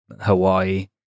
Hawaii